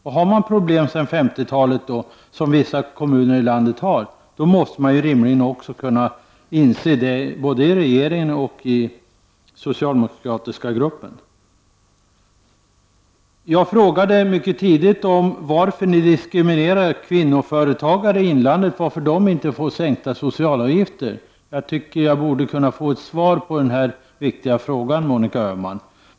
Har man haft problem sedan 50-talet, som vissa kommuner i landet har haft, borde man — både inom regeringen och i den socialdemokratiska gruppen — rimligen kunna inse att det behövs långsiktiga lösningar. Jag frågade varför kvinnliga företagare i inlandet diskrimineras. Varför får inte de sänkta socialavgifter? Jag tycker att jag borde kunna få ett svar på den här mycket viktiga frågan, Monica Öhman.